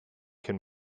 can